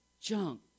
junk